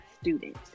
student